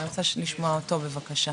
אבל אני רוצה לשמוע אותו בבקשה.